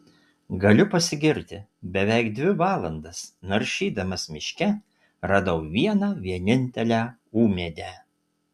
galiu pasigirti beveik dvi valandas naršydamas miške radau vieną vienintelę ūmėdę